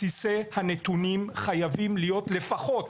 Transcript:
בסיסי הנתונים חייבים להיות לפחות